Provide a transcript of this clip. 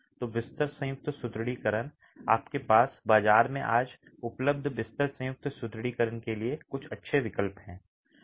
तो बिस्तर संयुक्त सुदृढीकरण आपके पास बाजार में आज उपलब्ध बिस्तर संयुक्त सुदृढीकरण के लिए कुछ अच्छे विकल्प हैं